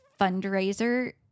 fundraiser